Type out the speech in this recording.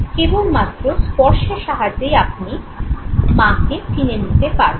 কেবলমাত্র স্পর্শের সাহায্যেই আপনি মাকে চিনে নিতে পারেন